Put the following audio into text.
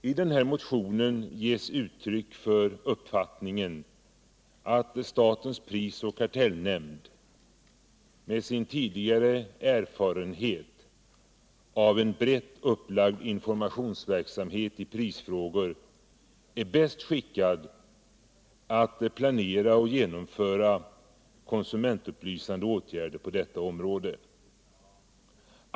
I den här motionen ges uttryck för uppfattningen att statens pris och kartellnämnd med sin tidigare erfarenhet av en brett upplagd informationsverksamhet i prisfrågor är bäst skickad att planera och genomföra konsumentupplysande åtgärder på detta område.